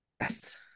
Yes